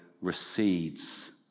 recedes